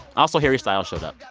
also, harry styles showed up